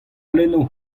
lenno